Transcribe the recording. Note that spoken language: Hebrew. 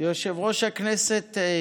יושב-ראש הכנסת.